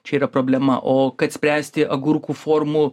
čia yra problema o kad spręsti agurkų formų